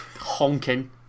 honking